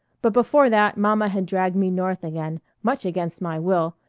but before that mama had dragged me north again, much against my will,